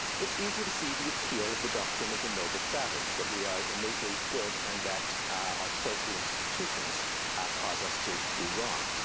it's easy to see the appeal of the doctrine of the noble savage, that we are innately good and that our social institutions cause us to do wrong.